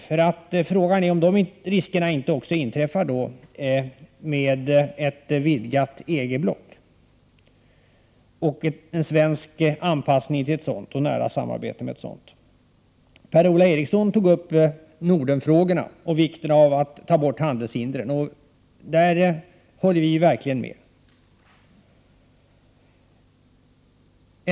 Frågan är om inte de riskerna också uppstår med ett vidgat EG-block och en svensk anpassning till och ett nära samarbete med ett sådant block. Per-Ola Eriksson tog upp Nordenfrågorna och vikten av att ta bort handelshindren. På den punkten håller vi verkligen med honom.